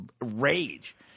rage